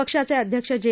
पक्षाचे अध्यक्ष जे